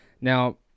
Now